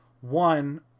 one